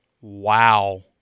Wow